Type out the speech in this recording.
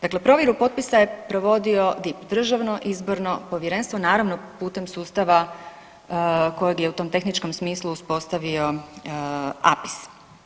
Dakle, provjeru potpisa je provodio DIP, Državno izborno povjerenstvo, naravno putem sustava kojeg je u tom tehničkom smislu uspostavio APIS.